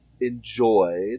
enjoyed